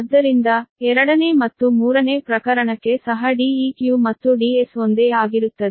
ಆದ್ದರಿಂದ ಎರಡನೇ ಮತ್ತು ಮೂರನೇ ಪ್ರಕರಣಕ್ಕೆ ಸಹ Deq ಮತ್ತು Ds ಒಂದೇ ಆಗಿರುತ್ತದೆ